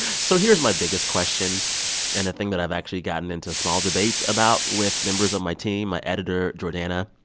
so here's my biggest question and a thing that i've actually gotten into small debates about with members of my team my editor, jordana,